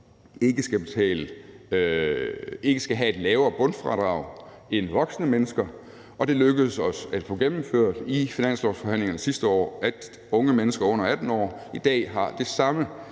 unge mennesker ikke skal have et lavere bundfradrag end voksne mennesker, og det lykkedes os at få gennemført i finanslovsforhandlingerne sidste år, at unge mennesker under 18 år i dag har det samme